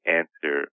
answer